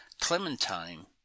clementine